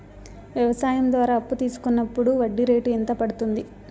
వ్యవసాయం ద్వారా అప్పు తీసుకున్నప్పుడు వడ్డీ రేటు ఎంత పడ్తుంది